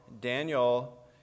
Daniel